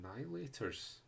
Annihilators